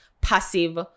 passive